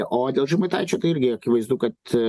o dėl žemaitaičio tai irgi akivaizdu kad